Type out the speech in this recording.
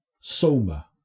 soma